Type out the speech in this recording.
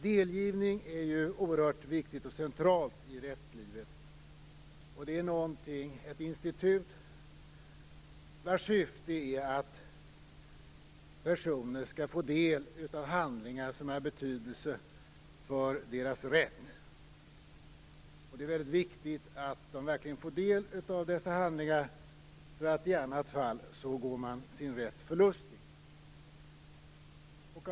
Delgivning är oerhört viktigt och centralt i rättslivet, ett institut vars syfte det är att personer skall få del av handlingar som är av betydelse för deras rätt. Det är väldigt viktigt att de verkligen får del av dessa handlingar; i annat fall går man sin rätt förlustig.